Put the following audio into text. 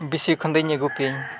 ᱵᱤᱥᱩᱭ ᱠᱷᱚᱱ ᱫᱩᱧ ᱟᱹᱜᱩ ᱯᱤᱭᱟᱹᱧ